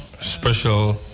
special